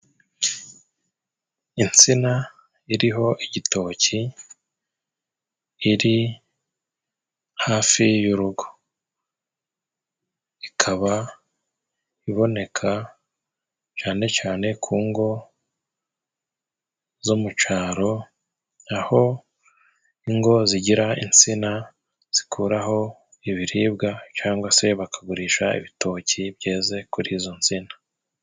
Insina iriho igitoki iri hafi y'urugo, ikaba iboneka cyane cyane ku ngo zo mu caro, aho ingo zigira insina zikuraho ibiribwa, cangwa se bakagurisha ibitoki byeze kuri izo nsina.